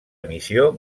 emissió